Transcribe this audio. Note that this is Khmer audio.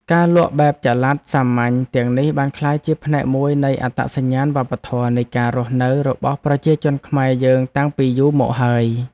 ការលក់បែបចល័តសាមញ្ញទាំងនេះបានក្លាយជាផ្នែកមួយនៃអត្តសញ្ញាណវប្បធម៌នៃការរស់នៅរបស់ប្រជាជនខ្មែរយើងតាំងពីយូរមកហើយ។